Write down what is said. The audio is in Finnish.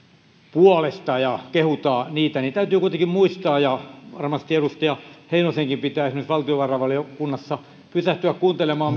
puolesta ja kehutaan niitä täytyy kuitenkin muistaa ne kriittiset puheenvuorot joita varmasti edustaja heinosenkin pitäisi nyt valtiovarainvaliokunnassa pysähtyä kuuntelemaan